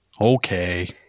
Okay